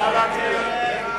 נא להצביע.